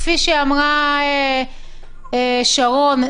כפי שאמרה שרון,